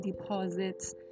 deposits